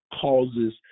causes